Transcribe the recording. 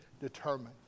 determined